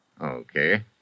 Okay